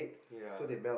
ya